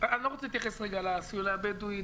אני לא רוצה להתייחס כרגע לאוכלוסייה הבדואית.